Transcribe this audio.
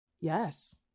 Yes